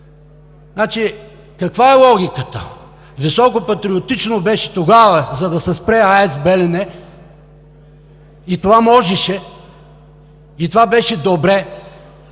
каква е логиката? Високопатриотично беше тогава, за да се спре АЕЦ „Белене“ – и това можеше, и това беше добре